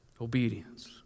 Obedience